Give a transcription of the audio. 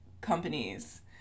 companies